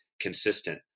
consistent